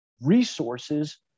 resources